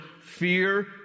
fear